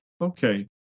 okay